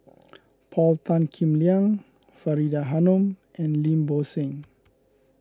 Paul Tan Kim Liang Faridah Hanum and Lim Bo Seng